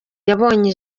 yabonye